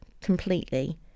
completely